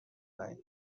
دهیم